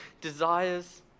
desires